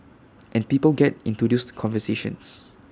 and people get into those conversations